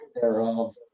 thereof